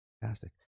Fantastic